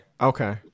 Okay